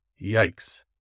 Yikes